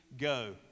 go